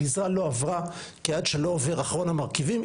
הגזרה לא עברה כי עד שלא עובר אחרון המרכיבים,